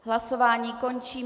Hlasování končím.